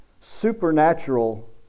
supernatural